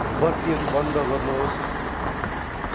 बत्तीहरू बन्द गर्नुहोस्